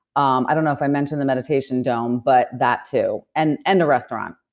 um i don't know if i mentioned the meditation dome but that too. and and the restaurant.